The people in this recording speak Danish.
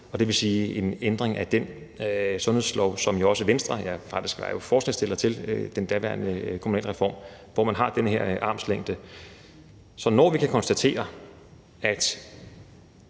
det vil sige en ændring af den sundhedslov, hvor Venstre jo faktisk var forslagsstiller i forbindelse med den daværende kommunalreform, hvor man har den her armslængde. Så vi kan konstatere, at